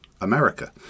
America